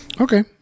Okay